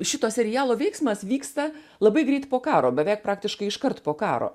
šito serialo veiksmas vyksta labai greit po karo beveik praktiškai iškart po karo